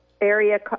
area